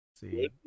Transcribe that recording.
See